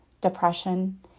depression